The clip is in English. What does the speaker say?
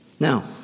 Now